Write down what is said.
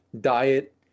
diet